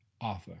author